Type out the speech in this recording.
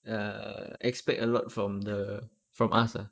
err expect a lot from the from us ah